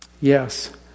Yes